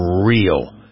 real